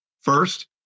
First